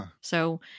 So-